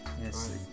Yes